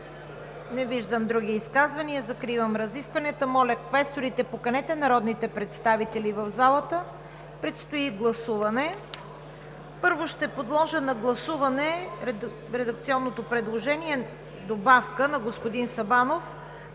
Не виждам. Закривам разискванията. Моля, квесторите, поканете народните представители в залата. Предстои гласуване. Първо ще подложа на гласуване редакционното предложение, добавка на господин Сабанов